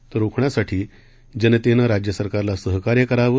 ते रोखण्यासाठी जनतेनं राज्य सरकारला सहकार्य करावं